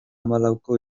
hamalauko